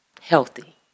Healthy